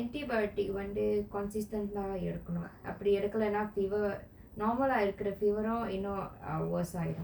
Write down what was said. antibiotic வந்து:vanthu consistent lah எடுக்கணும் அப்படி எடுக்கலனா:edukkanum appadi edukkkalana fever normal lah இருக்குற:irukkura fever um இன்னும்:innum err worse ஆகிடும்:akidum